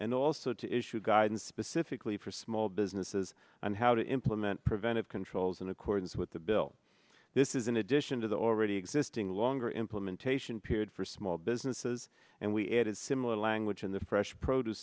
and also to issue guidance specifically for small businesses and how to implement preventive controls in accordance with the bill this is in addition to the already existing longer implementation period for small businesses and we added similar language in the fresh produce